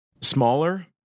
smaller